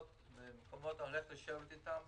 אני הולך לשבת איתם,